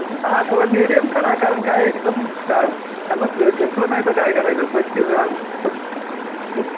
हा त्याला मिडियम करा कारण काय एकदम का त्यांना झेपलं नाही तर काय करायचं पण ते